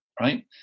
right